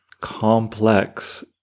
complex